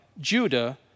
Judah